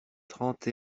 trente